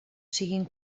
siguin